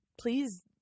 please